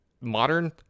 Modern